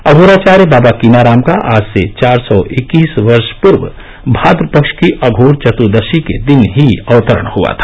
अघोराचार्य बाबा कीनाराम का आज से चार सौ इक्कीस वर्ष पूर्व भाद्र पक्ष की अघोरचतुर्दशी के दिन ही अवतरण हआ था